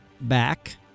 back